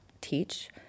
teach